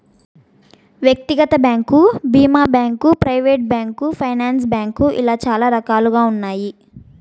వ్యక్తిగత బ్యాంకు భీమా bank, private bank, finance bank ఇలా చాలా రకాలుగా ఉన్నాయి